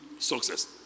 success